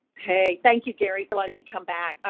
hey, thank you gary, for letting me come back.